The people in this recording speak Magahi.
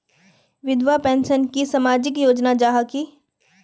विधवा पेंशन की सामाजिक योजना जाहा की?